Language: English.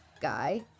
guy